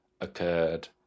occurred